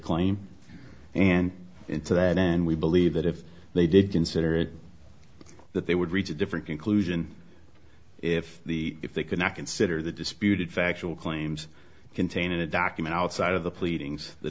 claim and into that then we believe that if they did consider it that they would reach a different conclusion if the if they could not consider the disputed factual claims contained in a document outside of the